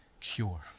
cure